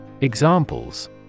Examples